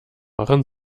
waren